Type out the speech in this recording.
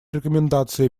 рекомендации